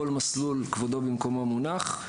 כל מסלול כבודו במקומו מונח.